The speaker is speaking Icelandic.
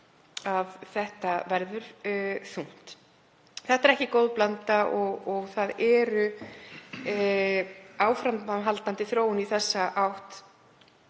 að þetta verður þungt. Þetta er ekki góð blanda og áframhaldandi þróun í þessa átt